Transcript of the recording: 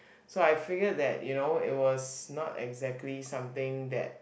so I figured that you know it was not exactly something that